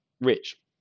rich